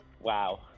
wow